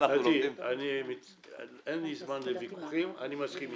אין לי זמן לוויכוחים, אני מסכים איתך.